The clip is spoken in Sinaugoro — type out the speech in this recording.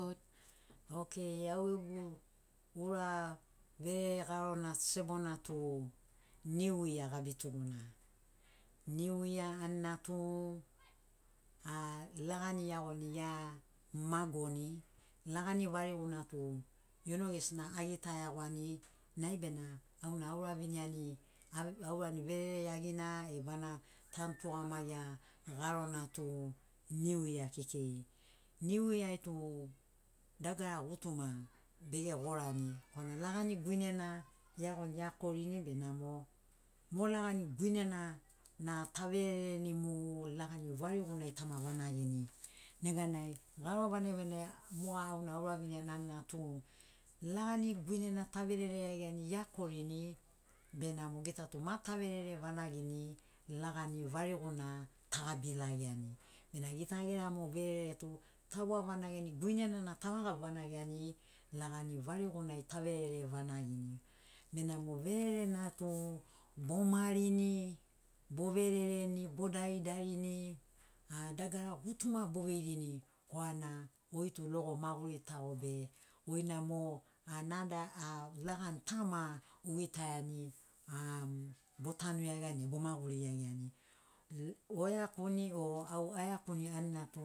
Okei au gegu ura verere garona sebona tu niu ya gabi tuguna. Niu ya anina tu a lagina iagoni ia magoni lagina variguna tu iono gesina agita iagoani nai bena auna aura viniani aurani verere iagina e bana tanu tugamagia garona tu niu ya kekei. Niu yai tu dagara gutuma bege gorani korana lagani guinena iagoni eakorini benamo mo lagani guinena na ta verereni mu lagani varigunai tama vanagini negai garo vangi vanagi moga auna aura viniani anina tu lagani guinena ta verere iagiani iakorini benamo gita tu ma ta verere vanagini lagani variguna ta gabi lageani. Bena gita gera mo verere tu ta wa vanagiani guinena na ta ma gabi vanagiani lagani varigunai ta verere vanagini benamo verere na tu bo marini bo verereni bo dari darini a dagara gutuma bo veirini korana goi tu logo maguri tago be goina mo anada a lagani ta maia ugitaiani am bo tanu iagiani bo maguri iagiani. Oiakuni o au aiakuni anina tu